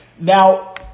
now